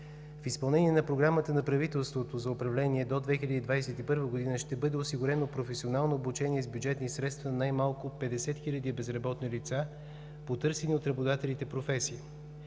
В изпълнение на Програмата на правителството за управление до 2021 г. ще бъде осигурено професионално обучение с бюджетни средства най-малко на 50 хиляди безработни лица по търсени от работодателите професии.